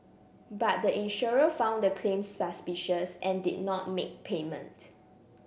but the insurer found the claims suspicious and did not make payment